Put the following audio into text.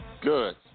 Good